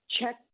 check